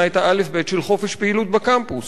את האלף-בית של חופש פעילות בקמפוס".